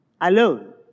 alone